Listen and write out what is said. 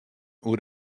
oer